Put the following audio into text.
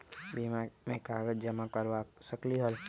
बीमा में कागज जमाकर करवा सकलीहल?